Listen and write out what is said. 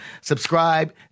Subscribe